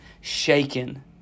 shaken